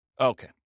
Okay